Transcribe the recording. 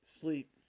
Sleep